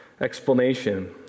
Explanation